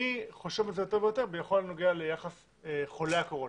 אני חושב על זה יותר ויותר בכל הנוגע לחולי הקורונה,